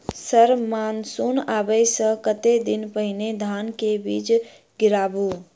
Sir monsoon आबै सऽ कतेक दिन पहिने धान केँ बीज गिराबू?